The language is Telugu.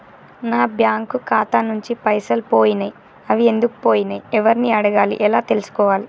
నా బ్యాంకు ఖాతా నుంచి పైసలు పోయినయ్ అవి ఎందుకు పోయినయ్ ఎవరిని అడగాలి ఎలా తెలుసుకోవాలి?